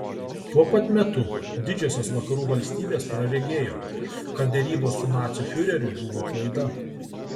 tuo pat metu didžiosios vakarų valstybės praregėjo kad derybos su nacių fiureriu buvo klaida